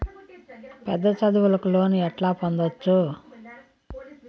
పెద్ద చదువులకు లోను ఎట్లా పొందొచ్చు